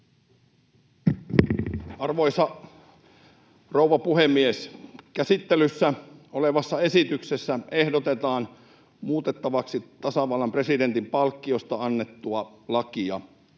Arvoisa rouva puhemies! Käsittelyssä olevassa esityksessä ehdotetaan muutettavaksi tasavallan presidentin palkkiosta annettua lakia.